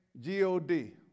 G-O-D